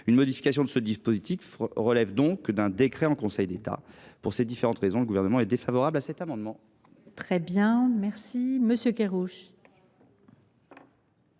La modification de ce dispositif relève donc d’un décret en Conseil d’État. Pour ces différentes raisons, le Gouvernement est défavorable à cet amendement. La parole est à M. Éric Kerrouche,